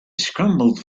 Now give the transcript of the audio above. scrambled